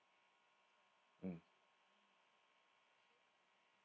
mm